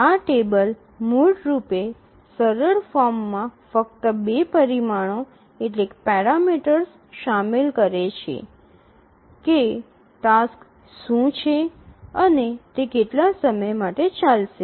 આ ટેબલ મૂળ રૂપે સરળ ફોર્મમાં ફક્ત બે પરિમાણો શામેલ કરે છે કે ટાસક્સ શું છે અને તે કેટલા સમય માટે ચાલશે